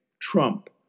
Trump